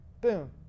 Boom